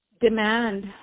demand